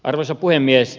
arvoisa puhemies